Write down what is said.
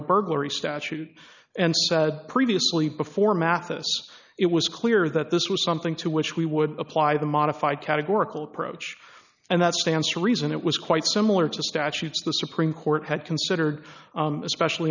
burglary statute and said previously before mathis it was clear that this was something to which we would apply the modified categorical approach and that stands to reason it was quite similar to statutes the supreme court had considered especially